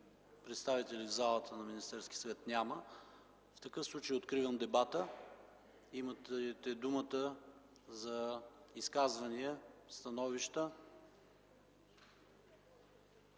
представители на Министерския съвет? Няма. В такъв случай откривам дебата. Имате думата за изказвания, за становища.